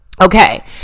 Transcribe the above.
Okay